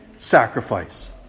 sacrifice